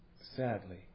sadly